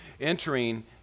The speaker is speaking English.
Entering